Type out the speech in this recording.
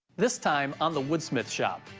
this time i'm the wood smith shop.